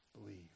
believe